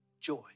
joy